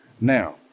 Now